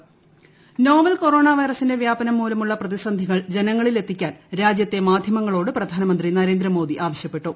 media novel corona വൈറസിന്റെ വ്യാപനം മൂലമുള്ള പ്രതിസന്ധികൾ ജനങ്ങളിലെത്തിക്കാൻ രാജൃത്തെ മാധൃമങ്ങളോട് പ്രധാനമന്ത്രി നരേന്ദ്രമോദി ആവശ്യപ്പെട്ടു